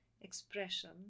expression